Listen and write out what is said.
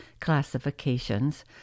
classifications